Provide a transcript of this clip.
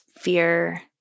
fear